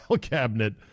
cabinet